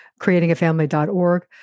creatingafamily.org